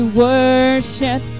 worship